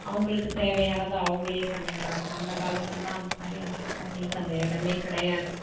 அவங்களுக்கு தேவையானதை அவங்களே பண்ணிக்கிறாங்கள் அந்த காலத்திலலாம் அந்தமாதிரி அதுவும் அவங்களுக்கு அந்த இடமே கிடையாது